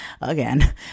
Again